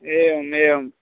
एवम् एवम्